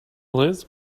liz